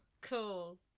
cool